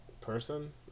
person